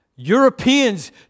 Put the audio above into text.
Europeans